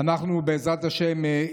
בעזרת השם,